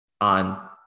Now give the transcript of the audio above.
on